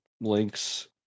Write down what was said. links